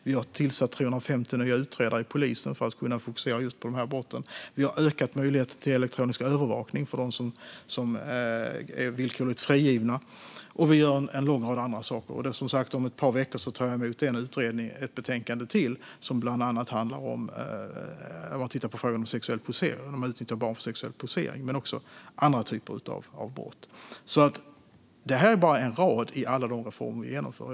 Vi har tillsatt 350 nya utredare inom polisen för att kunna fokusera på just de här brotten. Vi har ökat möjligheten till elektronisk övervakning av dem som är villkorligt frigivna. Och vi gör en lång rad andra saker. Om ett par veckor tar jag som sagt emot ännu ett betänkande från en utredning om bland annat barn som utnyttjas för sexuell posering men också andra typer av brott. Det här är alltså bara en del av alla de reformer som vi genomför.